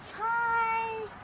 Hi